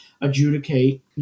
adjudicate